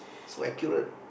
so accurate